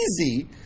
easy